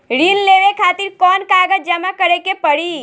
ऋण लेवे खातिर कौन कागज जमा करे के पड़ी?